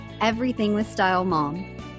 EverythingWithStyleMom